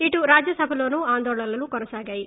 ఇటు రాజ్యసభలోనూ ఆందోళనలు కొనసాగాయి